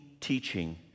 teaching